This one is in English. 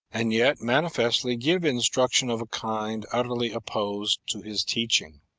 and yet mani festly give instruction of a kind utterly opposed to his teaching?